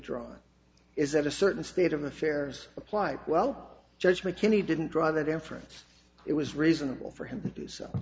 drawn is that a certain state of affairs apply well judge mckinney didn't draw that inference it was reasonable for him to do so